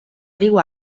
riu